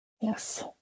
Yes